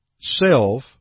self